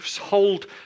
hold